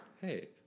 Hey